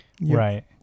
Right